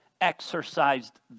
exercised